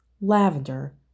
lavender